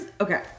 okay